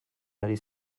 ari